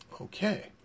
Okay